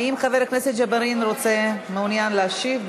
האם חבר הכנסת ג'בארין מעוניין להשיב?